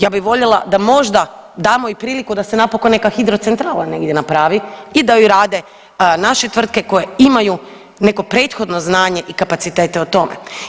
Ja bi voljela da možda damo i priliku da se napokon neka hidrocentrala negdje napravi i da ju rade naše tvrtke koje imaju neko prethodno znanje i kapacitete o tome.